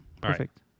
Perfect